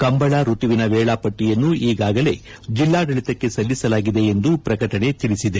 ಕಂಬಳ ಋತುವಿನ ವೇಳಾಪಟ್ಟಯನ್ನು ಈಗಾಗಲೇ ಜಿಲ್ಲಾಡಳತಕ್ಕೆ ಸಲ್ಲಿಸಲಾಗಿದೆ ಎಂದು ಪ್ರಕಟಣೆ ತಿಳಿಸಿದೆ